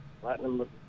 Platinum